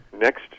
next